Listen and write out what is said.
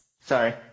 Sorry